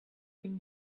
can